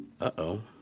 Uh-oh